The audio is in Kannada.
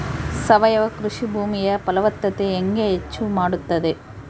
ಸಾವಯವ ಕೃಷಿ ಭೂಮಿಯ ಫಲವತ್ತತೆ ಹೆಂಗೆ ಹೆಚ್ಚು ಮಾಡುತ್ತದೆ?